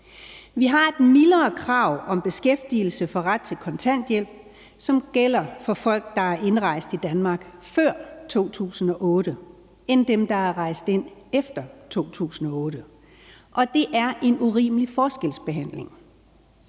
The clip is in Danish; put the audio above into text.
Vi har et mildere krav om beskæftigelse for at få ret til kontanthjælp, som gælder for folk, der er indrejst i Danmark før 2008, end for dem, der er rejst ind efter 2008, og det er en urimelig forskelsbehandling.